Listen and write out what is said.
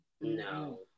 No